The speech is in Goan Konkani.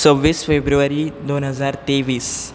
सव्वीस फेब्रुवारी दोन हजार तेवीस